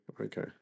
Okay